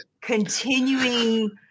continuing